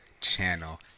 channel